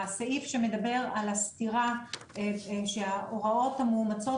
הסעיף שמדבר על הסתירה שההוראות המאומצות